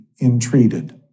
entreated